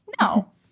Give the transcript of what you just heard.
No